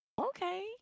okay